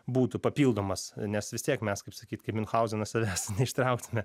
būtų papildomas nes vis tiek mes kaip sakyt kaip miunchauzenas savęs neištrauktume